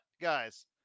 guys